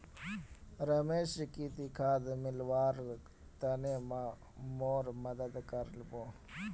रमेश की ती खाद मिलव्वार तने मोर मदद कर बो